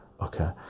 okay